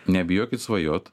nebijokit svajot